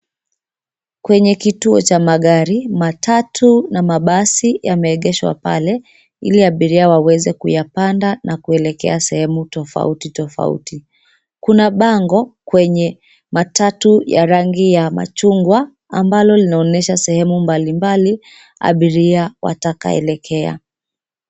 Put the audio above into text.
Kwenye kituo cha magari. Matatu na mabasi yameengeshwa pale ili abiria waweze kuyapanda na kuekekea sehemu tofauti tofauti. Kuna bango kwenye matatu ya rangi ya machungwa ambalo linaonyesha sehemu mbalimbali abiria watakaoelekea.